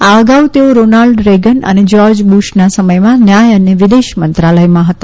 આ અગાઉ તેઓ રોનલ્ડ રેગન અને જ્યોર્જ બુશના સમયમાં ન્યાય અને વિદેશ મંત્રાલયમાં હતા